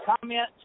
comment